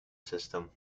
system